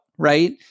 right